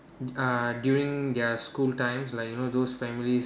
uh during their school times like you know those families